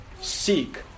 Seek